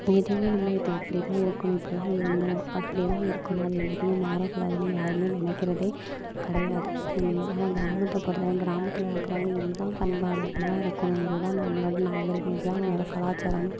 எதையுமே நம்ம இதை இப்படி தான் இருக்கணும் இப்படி தான் இருந்தோம் அப்படியே தான் இருக்கணும் அது என்றைக்குமே மாற கூடாதுன்னு யாருமே நினைக்கிறதே கிடையாது இல்லையா ஆனால் கிராமத்தை பொறுத்தவரை கிராமத்தில் இருக்கிறவங்க இது தான் பண்பாடு இப்படி தான் இருக்கணும் இது தான் நம்மளோட நாகரிகம் இது தான் நம்மளோட கலாச்சாரம்னு